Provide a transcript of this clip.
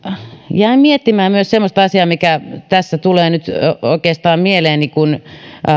jäin miettimään myös semmoista asiaa mikä tässä tulee nyt oikeastaan mieleeni kun